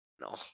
No